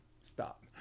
stop